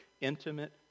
intimate